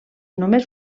només